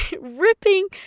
ripping